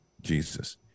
Jesus